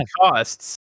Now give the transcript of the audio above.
costs